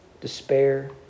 despair